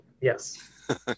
Yes